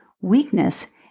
weakness